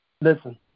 Listen